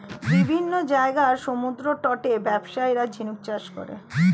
বিভিন্ন জায়গার সমুদ্রতটে ব্যবসায়ীরা ঝিনুক চাষ করে